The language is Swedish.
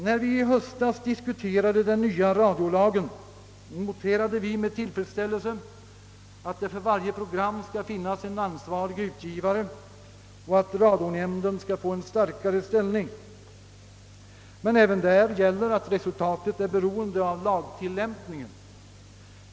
När vi i höstas diskuterade den nya radiolagen, noterade vi med tillfredsställelse att det för varje program skall finnas en ansvarig utgivare och att radionämnden skall få en starkare ställning. Men även i detta sammanhang gäller att resultatet är beroende av lagtillämpningen.